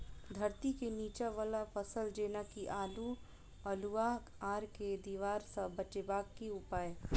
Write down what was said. धरती केँ नीचा वला फसल जेना की आलु, अल्हुआ आर केँ दीवार सऽ बचेबाक की उपाय?